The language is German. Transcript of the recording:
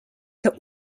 der